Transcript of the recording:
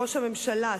ראש הממשלה,